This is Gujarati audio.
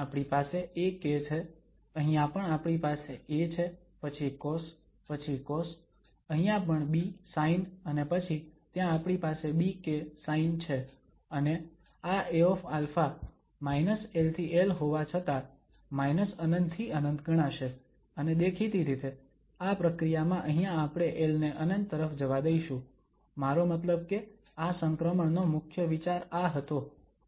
આપણી પાસે ak છે અહીંયા પણ આપણી પાસે A છે પછી કોસ પછી કોસ અહીંયા પણ B સાઇન અને પછી ત્યાં આપણી પાસે bk સાઇન છે અને આ Aα l થી l હોવા છતાં ∞ થી ∞ ગણાશે અને દેખીતી રીતે આ પ્રક્રિયામાં અહીંયા આપણે l ને ∞ તરફ જવા દઈશું મારો મતલબ કે આ સંક્રમણનો મુખ્ય વિચાર આ હતો